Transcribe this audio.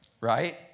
Right